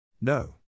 No